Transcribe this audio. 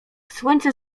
słońce